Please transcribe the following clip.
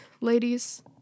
ladies